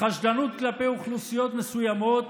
לחשדנות כלפי אוכלוסיות מסוימות